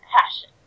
passion